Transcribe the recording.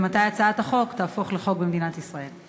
ומתי הצעת החוק תהפוך לחוק במדינת ישראל?